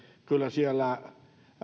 kyllä siellä